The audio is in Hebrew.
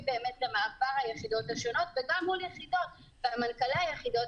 באמת למעבר היחידות השונות וגם מול יחידות ומנכ"לי היחידות,